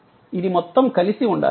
ఇది మొత్తం కలిసి ఉండాలి